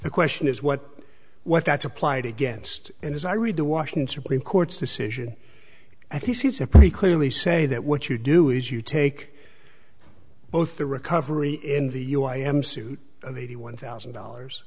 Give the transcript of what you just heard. the question is what what that's applied against and as i read the washington supreme court's decision i think it's a pretty clearly say that what you do is you take both the recovery in the you i am suit of eighty one thousand dollars